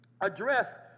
address